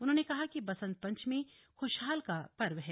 उन्होंने कहा कि वसंत पंचमी खुशहाल का पर्व है